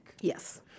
Yes